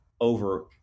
over